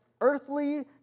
earthly